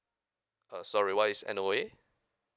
uh sorry what is N_O_A